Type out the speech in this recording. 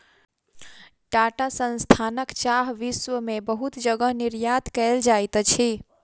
टाटा संस्थानक चाह विश्व में बहुत जगह निर्यात कयल जाइत अछि